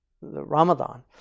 Ramadan